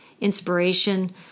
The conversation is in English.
inspiration